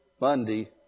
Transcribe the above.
Monday